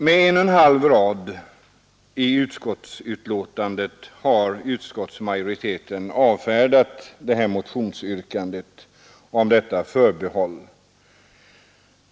Med en och en halv rad i utskottsbetänkandet har utskottets majoritet avfärdat yrkandet om detta förbehåll.